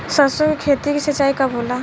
सरसों की खेती के सिंचाई कब होला?